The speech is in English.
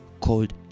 called